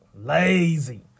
Lazy